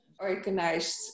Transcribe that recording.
organized